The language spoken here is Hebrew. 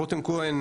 רותם כהן,